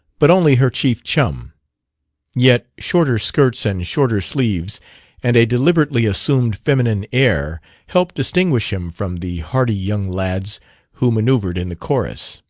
but only her chief chum yet shorter skirts and shorter sleeves and a deliberately assumed feminine air helped distinguish him from the hearty young lads who manoeuvred in the chorus.